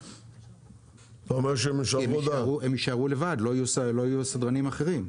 הם יישארו לבד, לא יישארו סדרנים אחרים,